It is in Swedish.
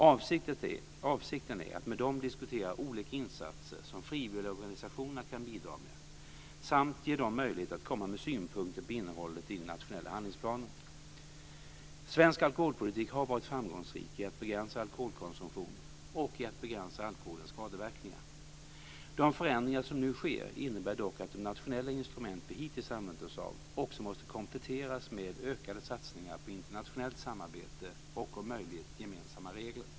Avsikten är att med dem diskutera olika insatser som frivilligorganisationerna kan bidra med samt ge dem möjlighet att komma med synpunkter på innehållet i den nationella handlingsplanen. Svensk alkoholpolitik har varit framgångsrik i att begränsa alkoholkonsumtion och i att begränsa alkoholens skadeverkningar. De förändringar som nu sker innebär dock att de nationella instrument vi hittills använt oss av också måste kompletteras med ökade satsningar på internationellt samarbete och om möjligt gemensamma regler.